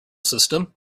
system